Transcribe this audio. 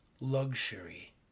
luxury